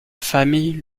famille